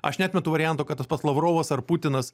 aš neatmetu varianto kad tas pats lavrovas ar putinas